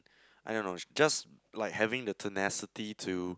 I don't know just like having the tenacity to